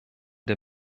der